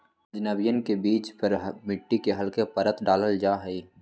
अजवाइन के बीज पर मिट्टी के हल्के परत डाल्ल जाहई